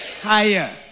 Higher